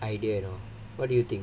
idea you know what do you think